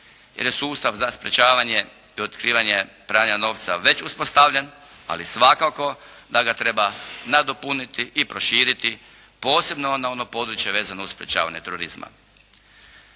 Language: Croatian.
jer je sustav za sprječavanje i otkrivanje pranja novca već uspostavljen. Ali svakako da ga treba nadopuniti i proširiti posebno na ona područja vezano uz sprječavanje terorizma.